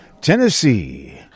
Tennessee